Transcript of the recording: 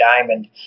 diamond